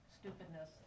stupidness